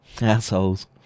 assholes